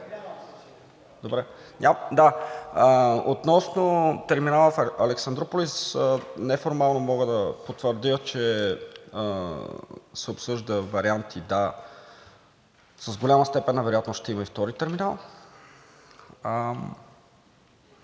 относно терминала в Александруполис, неформално мога да потвърдя, че се обсъждат варианти – да, с голяма степен на вероятност ще има и втори терминал.